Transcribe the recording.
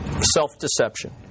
Self-deception